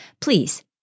please